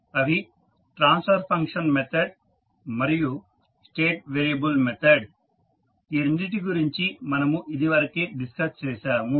అవి transfer function method మరియు state variable method ఈ రెండింటి గురించి మనము ఇది వరకే డిస్కస్ చేసాము